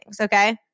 okay